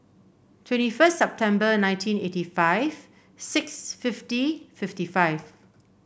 twenty first September nineteen eighty five six fifty fifty five